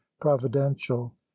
providential